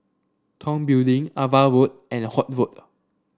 Tong Building Ava Road and Holt Road